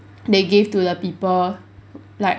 they gave to the people like